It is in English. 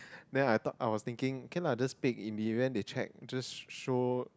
then I thought I was thinking can lah just take in the end they check just show